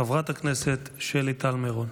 חברת הכנסת שלי טל מירון.